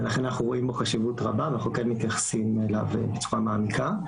לכן אנחנו רואים בו חשיבות רבה ואנחנו כן מתייחסים אליו בצורה מעמיקה.